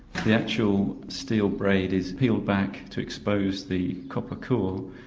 the actual steel braid is peeled pack to expose the copper core,